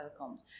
telecoms